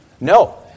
No